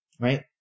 right